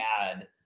add